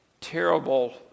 terrible